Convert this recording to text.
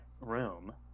room